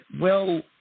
well-